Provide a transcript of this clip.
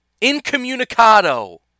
Incommunicado